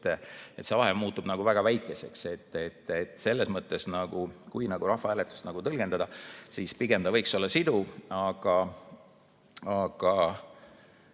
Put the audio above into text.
See vahe muutub väga väikeseks. Selles mõttes, kui rahvahääletust tõlgendada, siis pigem see võiks olla siduv. Aga